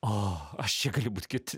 o aš čia galiu būti kiti